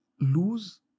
lose